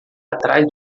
atrás